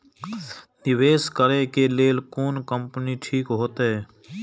निवेश करे के लेल कोन कंपनी ठीक होते?